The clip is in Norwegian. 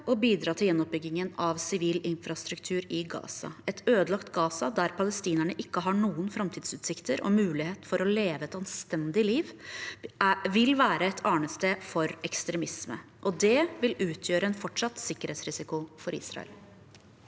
å bidra til gjenoppbyggingen av sivil infrastruktur i Gaza. Et ødelagt Gaza der palestinerne ikke har noen framtidsutsikter og mulighet for å leve et anstendig liv, vil være et arnested for ekstremisme, og det vil utgjøre en fortsatt sikkerhetsrisiko for Israel.